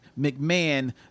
McMahon